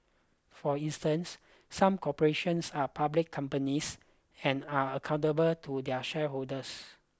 for instance some corporations are public companies and are accountable to their shareholders